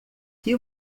que